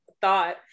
thought